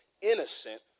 innocent